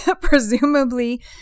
presumably